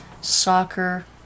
Soccer